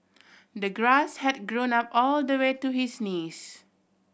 the grass had grown up all the way to his knees